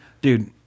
Dude